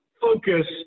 focus